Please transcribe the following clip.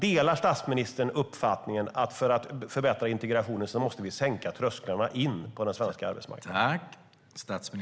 Delar statsministern uppfattningen att för att förbättra integrationen måste vi sänka trösklarna in på den svenska arbetsmarknaden?